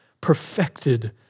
perfected